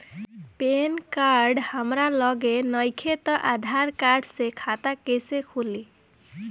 Pan card हमरा लगे नईखे त आधार कार्ड से खाता कैसे खुली?